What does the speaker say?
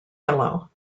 yellow